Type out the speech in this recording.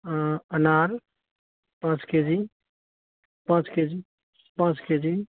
अनार पाँच K G पाँच के जी पाँच के जी